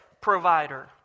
provider